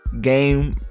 game